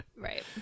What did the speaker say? right